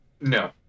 no